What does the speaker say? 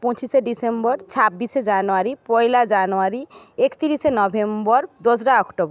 পঁচিশে ডিসেম্বর ছাব্বিশে জানুয়ারি পয়লা জানুয়ারি একতিরিশে নভেম্বর দোসরা অক্টোবর